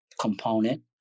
component